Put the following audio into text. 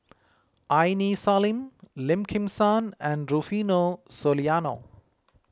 Aini Salim Lim Kim San and Rufino Soliano